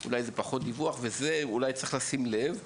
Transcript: אז אולי זה עניין של פחות דיווח וזה דבר שצריך לשים לב אליו.